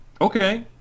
okay